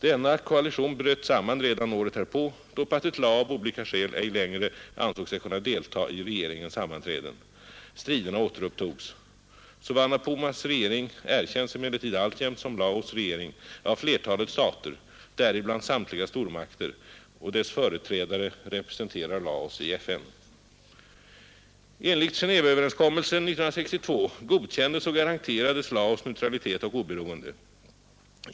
Denna koalition bröt samman redan året därpå, då Pathet Lao av olika skäl ej längre ansåg sig kunna deltaga i regeringens sammanträden. Striderna återupptogs. Souvanna Phoumas regering erkännes emellertid alltjämt som Laos regering av flertalet stater, däribland samtliga stormakter, och dess företrädare representerar Laos i FN. Enligt Genéveöverenskommelsen 1962 godkändes och garanterades Laos neutralitet och oberoende.